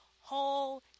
whole